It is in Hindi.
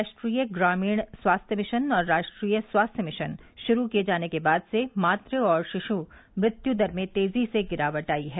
राष्ट्रीय ग्रामीण स्वास्थ्य मिशन और राष्ट्रीय स्वास्थ्य मिशन शुरू किये जाने के बाद से मातृ और शिशु मृत्यु दर में तेजी से गिरावट आयी है